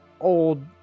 old